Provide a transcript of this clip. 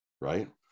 Right